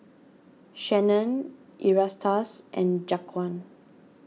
Shanon Erastus and Jaquan